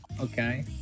Okay